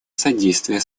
содействия